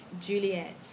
Juliet